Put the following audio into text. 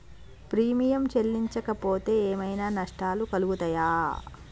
Premium చెల్లించకపోతే ఏమైనా నష్టాలు కలుగుతయా?